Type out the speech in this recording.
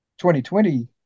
2020